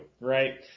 right